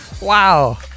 Wow